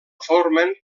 formen